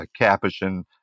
Capuchin